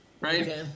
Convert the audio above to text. Right